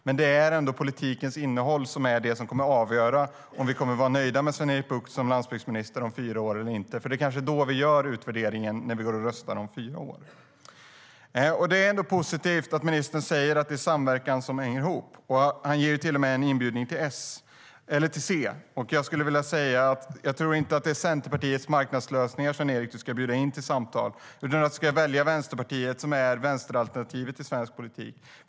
Men det är ändå politikens innehåll som avgör om vi kommer att vara nöjda med Sven-Erik Bucht som landsbygdsminister om fyra år eller inte. Det är kanske när vi går och röstar om fyra år som vi gör en utvärdering. Det är ändå positivt med det ministern säger om samverkan. Han till och med bjuder in C. Jag skulle vilja säga att jag inte tycker att det är Centerpartiet med dess marknadslösningar som du ska bjuda in till samtal, Sven-Erik, utan du ska välja Vänsterpartiet, som är vänsteralternativet i svensk politik.